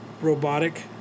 robotic